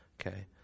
Okay